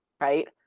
right